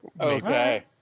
Okay